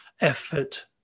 effort